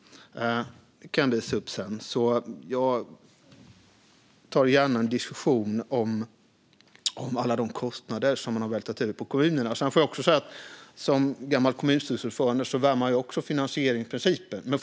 Dem kan jag visa upp sedan. Jag tar gärna en diskussion om alla de kostnader man har vältrat över på kommunerna. Som gammal kommunstyrelseordförande värnar jag också finansieringsprincipen.